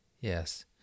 yes